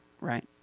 right